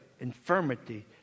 infirmity